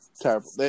Terrible